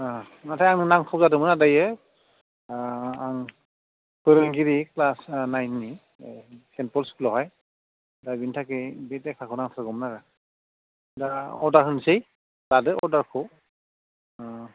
अ नाथाय आंनो नांथ' जादोमोन आरो दायो आं फोरोंगिरि क्लास नाइननि सिम्पोल स्कुलावहाय दा बिनि थाखाय बे लेखाखौ नांथारगौ आरो दा अर्डार होनोसै लादो अर्डारखौ